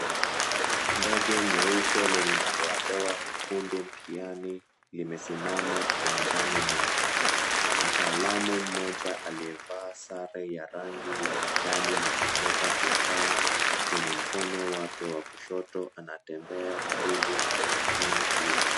Ndege nyeupe lenye madoadoa mekundu mkiani limesimama uwanjani mwake, mtaalamu mmoja aliyevaa sare ya rangi ya kijani na kubeba kifaa kwenye mkono wake wa kushoto anatembea karibu na {cs}eropleni{cs} hiyo.